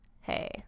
hey